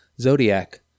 Zodiac